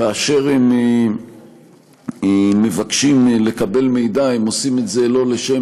כאשר הם מבקשים לקבל מידע הם עושים את זה לא לשם